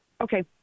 Okay